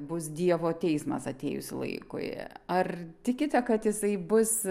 bus dievo teismas atėjus laikui ar tikite kad jisai bus